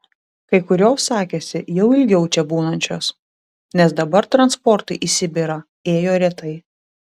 kai kurios sakėsi jau ilgiau čia būnančios nes dabar transportai į sibirą ėjo retai